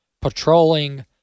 patrolling